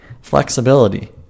Flexibility